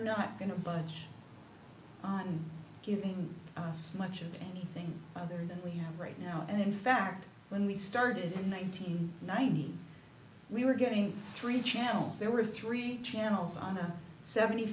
not going to budge on giving us much of anything other than we have right now and in fact when we started in one nine hundred ninety eight we were getting three channels there were three channels on a seventy